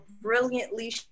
brilliantly